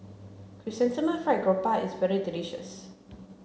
Chrysanthemum Fried Garoupa is very delicious